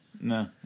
No